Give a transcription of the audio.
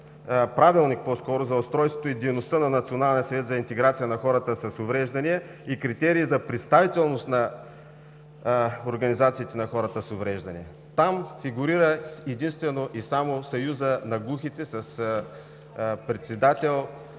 Правилник за устройството и дейността на Националния съвет за интеграция на хората с уврежданияq и критерий за представителност на организациите на хората с увреждания. Там фигурира единствено и само Съюзът на глухите с председател